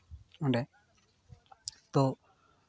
ᱚᱰᱮ ᱛᱳ